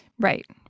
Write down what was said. Right